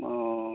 ও